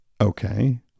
okay